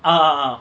(uh huh)